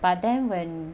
but then when